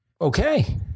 okay